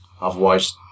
Otherwise